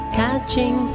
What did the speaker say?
catching